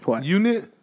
unit